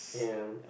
ya